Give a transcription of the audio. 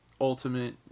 ultimate